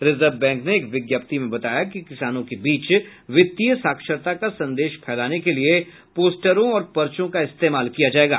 reserve bank ने एक विज्ञप्ति में बताया कि किसानों के बीच वित्तीय साक्षरता का संदेश फैलाने के लिए पोस्टरों और पर्चों का इस्तेमाल किया जाएगा